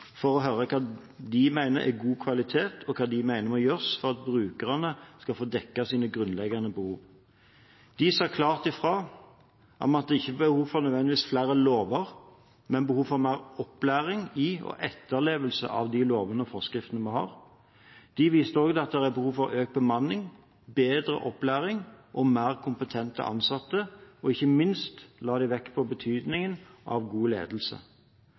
for å høre hva de mener er god kvalitet, og hva de mener må gjøres for at brukerne skal få dekket sine grunnleggende behov. De sa klart ifra om at det ikke nødvendigvis er behov for flere lover, men for mer opplæring i og etterlevelse av de lovene og forskriftene vi har. De viste til at det er behov for økt bemanning, bedre opplæring og mer kompetente ansatte, og ikke minst la de vekt på betydningen av god ledelse.